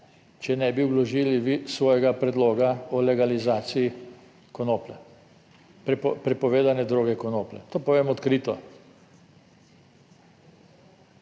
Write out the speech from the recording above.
če ne bi vložili vi svojega predloga o legalizaciji konoplje, prepovedane droge konoplje. To povem odkrito.